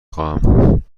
خواهم